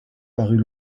parut